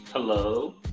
Hello